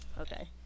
Okay